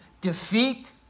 defeat